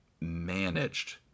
managed